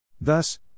Thus